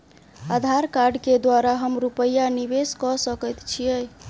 आधार कार्ड केँ द्वारा हम रूपया निवेश कऽ सकैत छीयै?